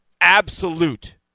Absolute